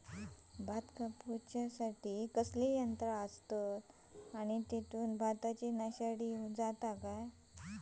भात कापूच्या खाती कसले यांत्रा आसत आणि तेतुत भाताची नाशादी जाता काय?